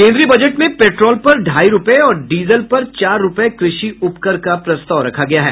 केन्द्रीय बजट में पेट्रोल पर ढाई रूपये और डीजल पर चार रूपये कृषि उपकर का प्रस्ताव रखा गया है